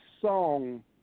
song